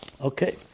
Okay